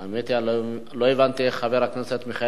אני לא הבנתי איך חבר הכנסת מיכאל בן-ארי